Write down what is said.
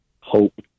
hope